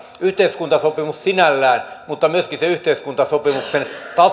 yhteiskuntasopimus sinällään mutta on myöskin se yhteiskuntasopimuksen